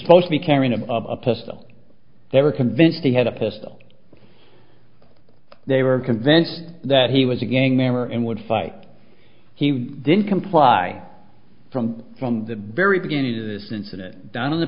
supposed to be carrying of a pistol they were convinced he had a pistol they were convention that he was a gang member and would fight he would then comply from from the very beginning of this incident down in the